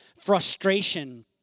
frustration